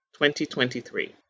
2023